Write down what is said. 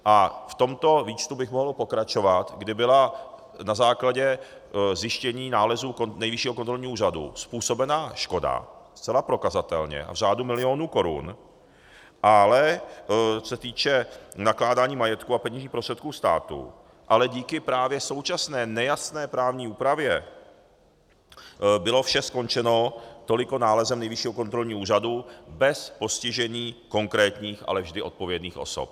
A v tomto výčtu bych mohl pokračovat, kdy byla na základě zjištění nálezů Nejvyššího kontrolního úřadu způsobena škoda zcela prokazatelně v řádu milionů korun, co se týče nakládání majetku a peněžních prostředků státu, ale díky právě současné nejasné právní úpravě bylo vše skončeno toliko nálezem Nejvyššího kontrolního úřadu bez postižení konkrétních, ale vždy odpovědných osob.